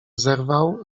zerwał